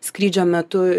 skrydžio metu